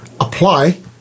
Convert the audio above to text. apply